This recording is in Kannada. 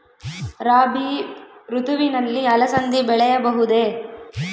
ರಾಭಿ ಋತುವಿನಲ್ಲಿ ಅಲಸಂದಿ ಬೆಳೆಯಬಹುದೆ?